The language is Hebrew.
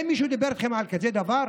האם מישהו דיבר איתכם על כזה דבר?